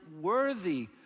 worthy